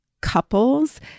couples